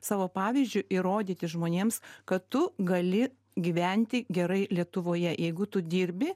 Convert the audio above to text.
savo pavyzdžiu įrodyti žmonėms kad tu gali gyventi gerai lietuvoje jeigu tu dirbi